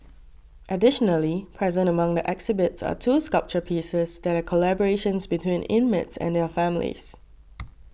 additionally present among the exhibits are two sculpture pieces that are collaborations between inmates and their families